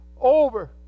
over